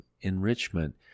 enrichment